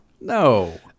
no